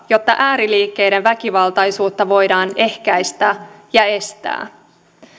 jotta ääriliikkeiden väkivaltaisuutta voidaan ehkäistä ja estää